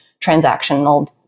transactional